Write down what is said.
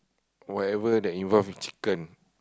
whatever that involve in chicken